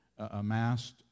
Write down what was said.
amassed